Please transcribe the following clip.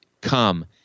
come